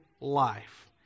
life